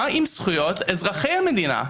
מה עם זכויות אזרחי המדינה?